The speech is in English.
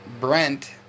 Brent